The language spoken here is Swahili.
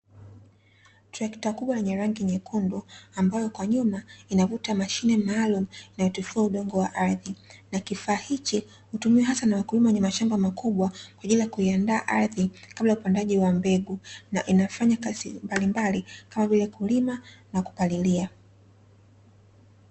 Trekta kubwa lenye rangi nyekundu, ambayo kwa nyuma inavuta mashine maalumu inayotifua udongo wa ardhi, na kifaa hicho hutumiwa hata na wakulima wenye mashamba makubwa kwa ajili ya kuiandaa ardhi kabla ya upandaji wa mbegu, na inafanya kazi mbalimbali kama vile kulima na kupalilia.